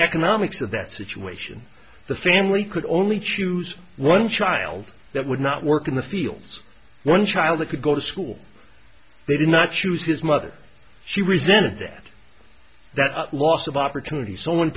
economics of that situation the family could only choose one child that would not work in the fields one child could go to school they did not choose his mother she resented that that loss of opportunity so